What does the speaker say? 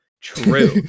true